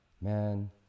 Man